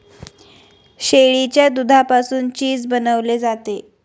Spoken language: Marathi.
शेळीच्या दुधापासून चीज बनवले जाते